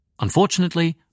Unfortunately